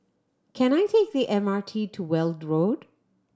can I take the M R T to Weld Road